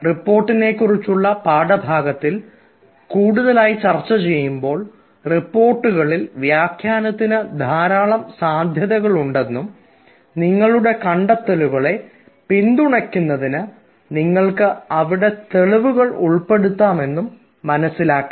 റിപ്പോർട്ടിനെക്കുറിച്ചുള്ള പാഠഭാഗത്തിൽ ചർച്ച ചെയ്യുമ്പോൾ റിപ്പോർട്ടുകളിൽ വ്യാഖ്യാനത്തിന് ധാരാളം സാധ്യതകളുണ്ടെന്നും നിങ്ങളുടെ കണ്ടെത്തലുകളെ പിന്തുണയ്ക്കുന്നതിന് നിങ്ങൾക്ക് അവിടെ തെളിവുകൾ ഉൾപ്പെടുത്താം എന്നും മനസ്സിലാക്കാം